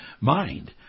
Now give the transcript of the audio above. mind